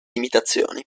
limitazioni